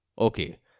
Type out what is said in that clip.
Okay